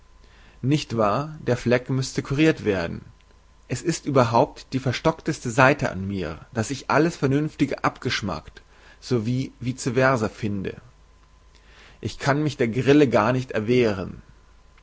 nicht wahr der fleck müßte kurirt werden es ist überhaupt die verstockteste seite an mir daß ich alles vernünftige abgeschmackt so wie vice versa finde ich kann mich der grille gar nicht erwehren